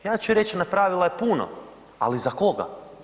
Ja ću reć napravila je puno, ali za koga?